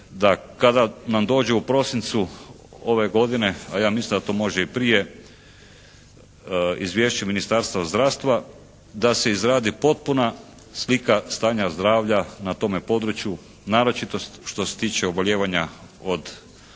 kada nam dođe u prosincu ove godine a ja mislim da to može i prije izvješće Ministarstva zdravstva da se izradi potpuna slika stanja zdravlja na tome području, naročito što se tiče obolijevanja od raka